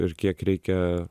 ir kiek reikia